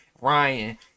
Ryan